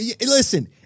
Listen